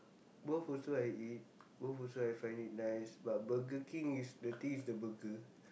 both also I eat both also I find it nice but Burger-King is the thing is the burger